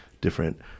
different